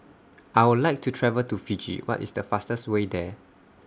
I Would like to travel to Fiji What IS The fastest Way There